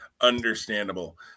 Understandable